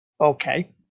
Okay